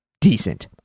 decent